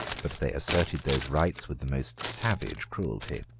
but they asserted those rights with the most savage cruelty.